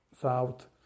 south